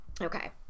Okay